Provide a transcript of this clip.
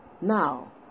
Now